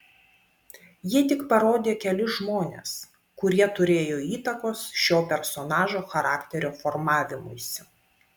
jie tik parodė kelis žmones kurie turėjo įtakos šio personažo charakterio formavimuisi